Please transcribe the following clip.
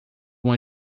uma